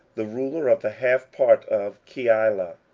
the ruler of the half part of keilah,